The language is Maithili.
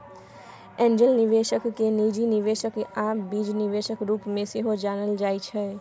एंजल निबेशक केँ निजी निबेशक आ बीज निबेशक रुप मे सेहो जानल जाइ छै